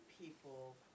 people